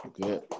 Good